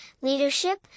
leadership